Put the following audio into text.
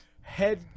Head